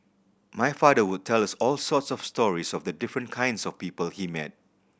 my father would tell us all sorts of stories of the different kinds of people he met